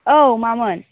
औ मामोन